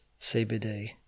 CBD